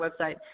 website